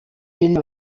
ell